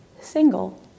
single